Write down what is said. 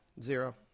zero